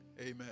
Amen